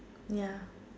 ya